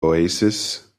oasis